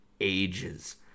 ages